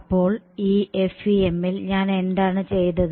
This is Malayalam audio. അപ്പോൾ FEM ൽ ഞാനെന്താണ് ചെയ്തത്